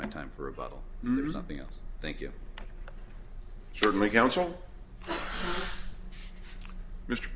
my time for a bottle something else thank you certainly counsel mr